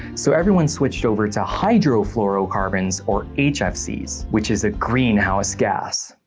so everyone switched over to hydrofluorocarbons or hfcs. which is a greenhouse gas,